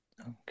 Okay